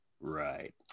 right